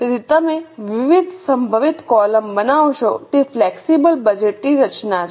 તેથી તમે વિવિધ સંભવિત કૉલમ બનાવશો અને તે ફ્લેક્સિબલ બજેટ ની રચના છે